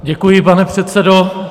Děkuji, pane předsedo.